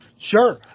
Sure